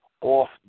off